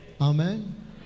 Amen